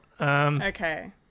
Okay